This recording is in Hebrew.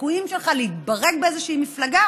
הסיכויים שלך להתברג באיזושהי מפלגה